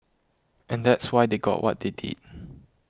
and that's why they got what they did